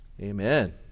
Amen